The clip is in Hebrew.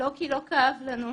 לא כי לא כאב לנו,